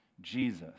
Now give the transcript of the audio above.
Jesus